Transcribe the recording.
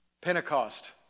Pentecost